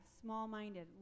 small-minded